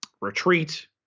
retreat